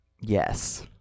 Yes